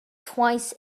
twice